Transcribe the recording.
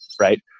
right